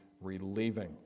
relieving